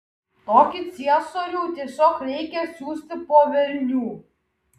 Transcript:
tokį ciesorių tiesiog reikia siųsti po velnių